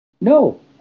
No